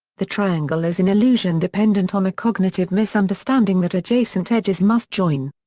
the triangle is an illusion dependent on a cognitive misunderstanding that adjacent edges must join.